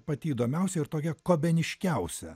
pati įdomiausia ir tokia kobeniškiausia